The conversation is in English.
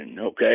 okay